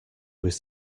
was